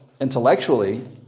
intellectually